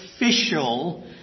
official